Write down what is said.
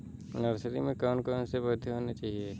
Nursery में कौन कौन से पौधे होने चाहिए?